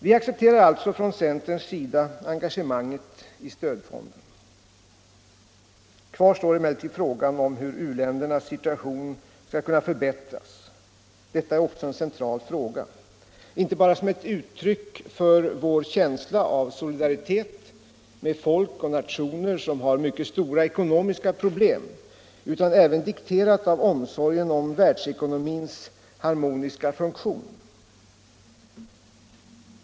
Vi accepterar alltså från centerns sida engagemanget i stödfonden. Kvar står emellertid frågan om hur u-ländernas situation skall kunna förbättras. Detta är också en central fråga, inte bara som ett uttryck för vår känsla av solidaritet med folk och nationer som har mycket stora ekonomiska problem utan även dikterat av omsorgen om världsekonomins harmoniska funktion.